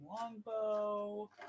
longbow